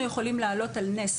אנחנו יכולים שהרשויות,